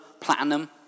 platinum